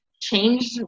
change